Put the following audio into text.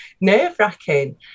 nerve-wracking